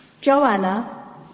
Joanna